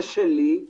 זה שלי.